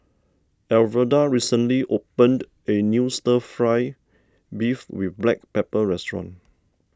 Alverda recently opened a new Stir Fry Beef with Black Pepper restaurant